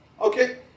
Okay